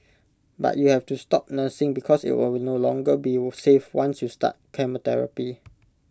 but you have to stop nursing because IT will no longer be safe once you start chemotherapy